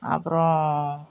அப்புறோம்